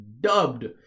dubbed